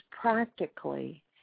practically